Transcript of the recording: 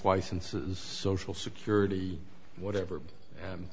licenses social security whatever